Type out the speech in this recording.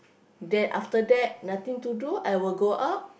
then after that nothing to do I will go out